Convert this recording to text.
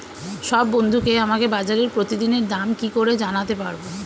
সব বন্ধুকে আমাকে বাজারের প্রতিদিনের দাম কি করে জানাতে পারবো?